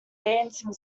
dancing